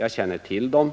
Jag känner till dem,